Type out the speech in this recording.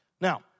Now